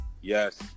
Yes